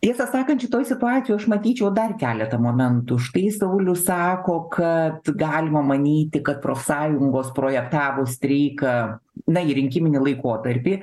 tiesą sakant šitoj situacijoj aš matyčiau dar keletą momentų štai saulius sako kad galima manyti kad profsąjungos projektavo streiką na į rinkiminį laikotarpį